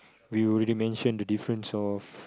we already mention the difference of